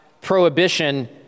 prohibition